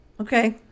Okay